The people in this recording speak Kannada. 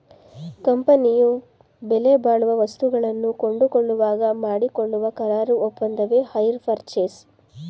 ಕಂಪನಿಯು ಬೆಲೆಬಾಳುವ ವಸ್ತುಗಳನ್ನು ಕೊಂಡುಕೊಳ್ಳುವಾಗ ಮಾಡಿಕೊಳ್ಳುವ ಕರಾರು ಒಪ್ಪಂದವೆ ಹೈರ್ ಪರ್ಚೇಸ್